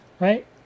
right